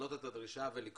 לשנות את הדרישה ולקבוע